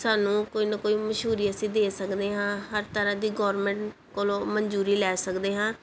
ਸਾਨੂੰ ਕੋਈ ਨਾ ਕੋਈ ਮਸ਼ਹੂਰੀ ਅਸੀਂ ਦੇ ਸਕਦੇ ਹਾਂ ਹਰ ਤਰ੍ਹਾਂ ਦੀ ਗੌਰਮੈਂਟ ਕੋਲੋਂ ਮਨਜ਼ੂਰੀ ਲੈ ਸਕਦੇ ਹਾਂ